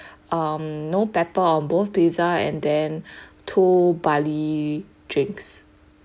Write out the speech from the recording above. um no pepper on both pizza and then two barley drinks